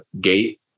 gate